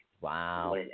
Wow